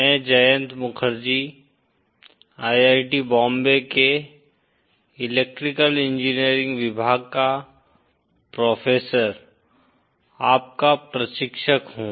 मैं जयंत मुखर्जी IIT बॉम्बे के electrical engineering विभाग का प्रोफेसर आपका प्रशिक्षक हूं